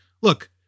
look